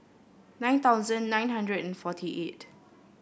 nine thousand nine hundred and forty eight